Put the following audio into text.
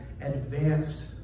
advanced